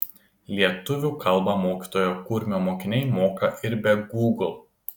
lietuvių kalbą mokytojo kurmio mokiniai moka ir be gūgl